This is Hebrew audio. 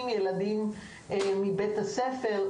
ומבית הספר,